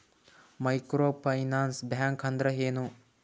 Micro finance bank ಅಂದ್ರ ಏನು?